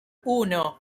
uno